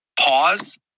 pause